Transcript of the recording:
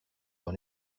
dans